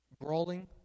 Brawling